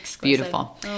beautiful